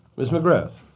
ms. mcgrath.